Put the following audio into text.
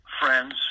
friends